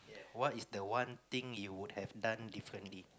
what is the one thing you would have done differently